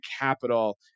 capital